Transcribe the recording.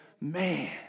Man